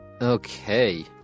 Okay